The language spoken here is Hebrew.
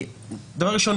דבר ראשון,